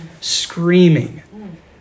Screaming